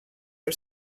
are